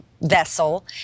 vessel